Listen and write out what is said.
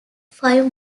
five